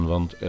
Want